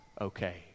okay